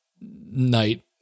night